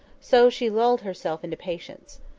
so she lulled herself into patience.